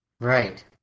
right